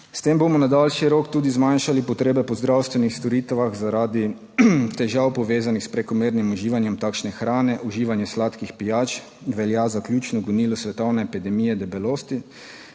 S tem bomo na daljši rok tudi zmanjšali potrebe po zdravstvenih storitvah zaradi težav, povezanih s prekomernim uživanjem takšne hrane. Uživanje sladkih pijač velja za ključno gonilo svetovne epidemije debelosti